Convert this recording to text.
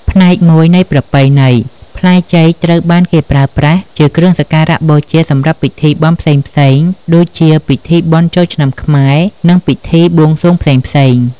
ផ្នែកមួយនៃប្រពៃណី ផ្លែចេកត្រូវបានគេប្រើប្រាស់ជាគ្រឿងសក្ការបូជាសម្រាប់ពិធីបុណ្យផ្សេងៗ ដូចជាពិធីបុណ្យចូលឆ្នាំខ្មែរ និងពិធីបួងសួងផ្សេងៗ។